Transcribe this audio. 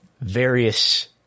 various